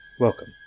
Welcome